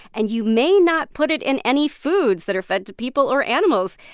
and you may not put it in any foods that are fed to people or animals.